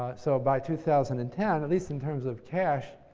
so, by two thousand and ten, at least in terms of cash,